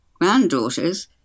granddaughters